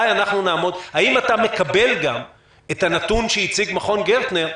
האם אתה מקבל גם את הנתון שהציג מכון גרטנר,